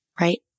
Right